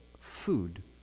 food